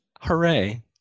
Hooray